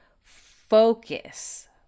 focus